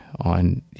on